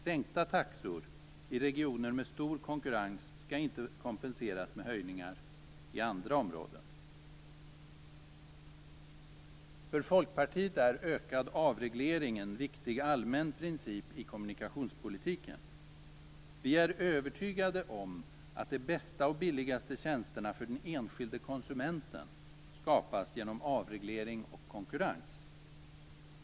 Sänkta taxor i regioner med stor konkurrens skall inte kompenseras med höjningar i andra områden. För oss i Folkpartiet är ökad avreglering en viktig allmän princip i kommunikationspolitiken. Vi är övertygade om att de bästa och billigaste tjänsterna för den enskilde konsumenten skapas genom avreglering och konkurrens.